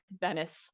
Venice